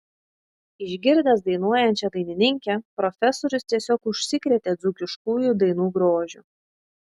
išgirdęs dainuojančią dainininkę profesorius tiesiog užsikrėtė dzūkiškųjų dainų grožiu